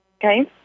Okay